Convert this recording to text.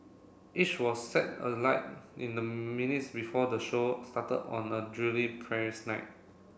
each was set alight in the minutes before the show started on a drily Paris night